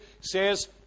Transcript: says